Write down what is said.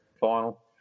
final